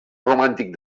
romàntic